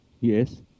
Yes